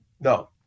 no